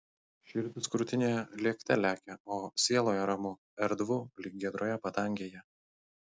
širdis krūtinėje lėkte lekia o sieloje ramu erdvu lyg giedroje padangėje